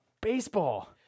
Baseball